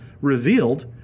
revealed